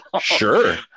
Sure